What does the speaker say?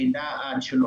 לידה עד שלוש.